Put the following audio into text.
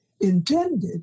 intended